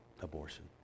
abortion